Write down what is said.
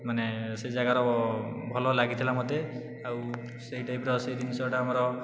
ମାନେ ସେ ଜାଗାର ଭଲ ଲାଗିଥିଲା ମୋତେ ଆଉ ସେଇ ଟାଇପ୍ର ସେଇ ଜିନିଷଟା ଆମର